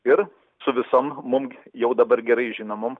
ir su visom mum jau dabar gerai žinomom